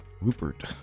rupert